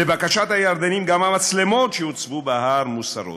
לבקשת הירדנים, גם המצלמות שהוצבו בהר מוסרות.